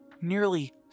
nearly